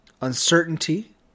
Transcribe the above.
uncertainty